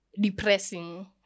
depressing